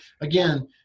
again